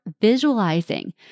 visualizing